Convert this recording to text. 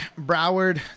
Broward